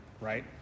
right